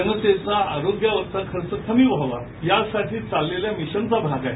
जनतेचा आरोग्यावर चा खर्च कमी व्हावा या साठी चाललेल्या मिशन चा हा भाग आहे